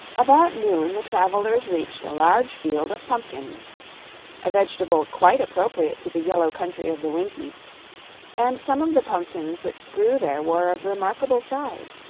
about noon the travelers reached a large field of pumpkins a vegetable quite appropriate to the yellow country of the winkies and some of the pumpkins which grew there were of remarkable size.